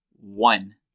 one